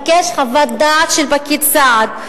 שהשופט יהיה רשאי לבקש חוות-דעת של פקיד סעד.